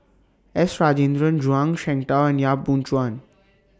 S Rajendran Zhuang Shengtao and Yap Boon Chuan